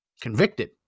convicted